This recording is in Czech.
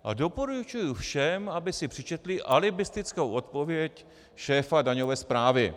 A doporučuji všem, aby si přečetli alibistickou odpověď šéfa daňové správy.